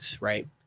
right